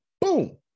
Boom